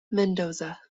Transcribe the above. mendoza